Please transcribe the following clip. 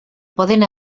poden